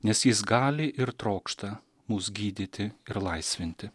nes jis gali ir trokšta mus gydyti ir laisvinti